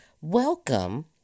welcome